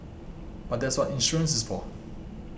but that's what insurance is for